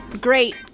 Great